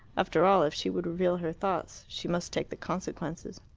after all, if she would reveal her thoughts, she must take the consequences.